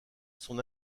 son